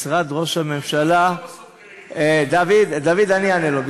משרד ראש הממשלה, דוד, אענה לו.